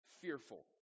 fearful